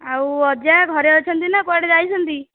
ଆଉ ଅଜା ଘରେ ଅଛନ୍ତି ନା କୁଆଡ଼େ ଯାଇଛନ୍ତି